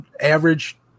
average